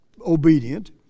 obedient